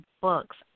books